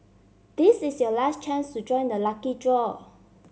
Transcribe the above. this is your last chance to join the lucky draw